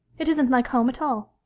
it isn't like home at all.